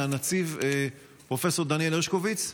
מהנציב פרופ' דניאל הרשקוביץ,